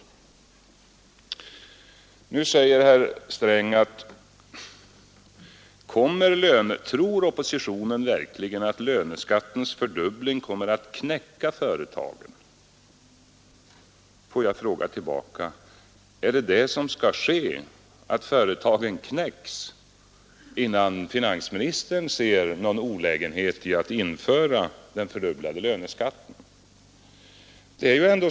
Nu säger finansminister Sträng: Tror oppositionen verkligen att löneskattens fördubbling kommer att knäcka företagen? Får jag ställa en motfråga: Är det vad som skall ske innan finansministern inser olägenheten av att införa en fördubblad löneskatt?